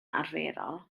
arferol